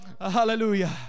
Hallelujah